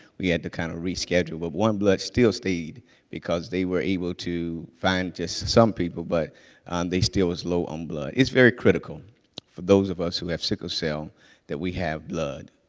we had to kind of reschedule, but one blood still stayed because they were able to find just some people, but they still was low on blood. it's very critical for those of us who have sickle cell that we have blood.